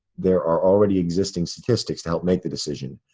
there are already-existing statistics to help make the decision.